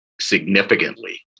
significantly